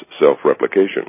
self-replication